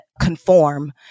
conform